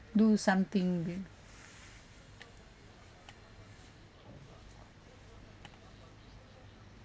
do something